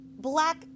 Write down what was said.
black